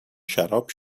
شراب